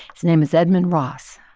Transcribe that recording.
his name is edmund ross.